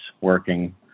working